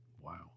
Wow